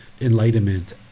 enlightenment